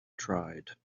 tried